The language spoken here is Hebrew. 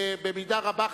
במידה רבה,